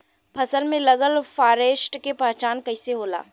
फसल में लगल फारेस्ट के पहचान कइसे होला?